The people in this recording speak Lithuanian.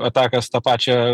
atakas tą pačią